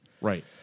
Right